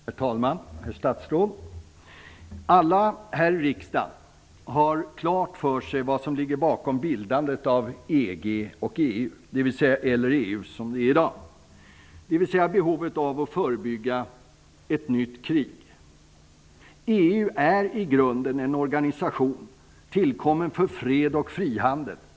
Herr talman! Herr statsråd! Alla här i riksdagen har klart för sig vad som ligger bakom bildandet av EG eller EU, nämligen behovet av att förebygga ett nytt krig. EU är i grunden en organisation tillkommen för fred och frihandel.